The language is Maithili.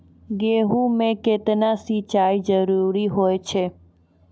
गेहूँ म केतना सिंचाई जरूरी होय छै?